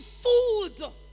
fooled